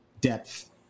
depth